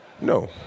No